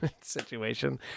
situation